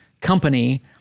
company